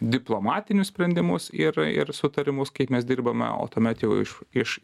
diplomatinius sprendimus ir ir sutarimus kaip mes dirbame o tuomet jau iš iš